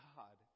God